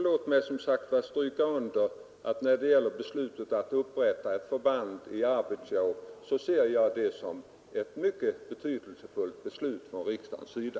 Låt mig än en gång stryka under att jag ser beslutet att upprätta ett förband i Arvidsjaur som ett mycket betydelsefullt beslut från riksdagens sida.